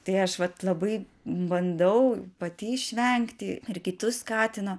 tai aš vat labai bandau pati išvengti ir kitus skatinu